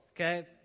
okay